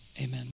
Amen